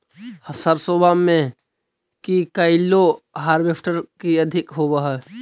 सरसोबा मे की कैलो हारबेसटर की अधिक होब है?